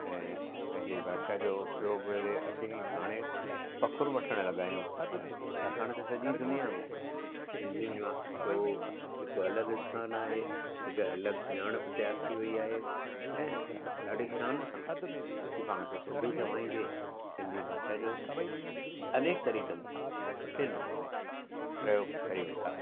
ऐं पंहिंजे भाषा जो उपयोगु करे असीं हाणे फ़ख़ुरु वठण लॻा आहियूं छाकाणि त सॼी दुनिया में सिंधियुनि जो हिकु अलॻि स्थानु आहे हिकु अलॻि सुञाणप तियारु थी वई आहे ऐं ॾाढी शान सां असीं पाण खे सिंधी चवाईंदे सिंधी भाषा जो अनेक तरीक़नि सां सुठे नमूने प्रयोगु करियूं था